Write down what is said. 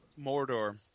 Mordor